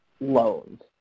loans